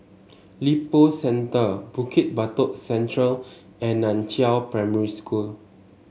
Lippo Centre Bukit Batok Central and Nan Chiau Primary School